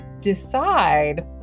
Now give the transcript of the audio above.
decide